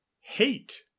hate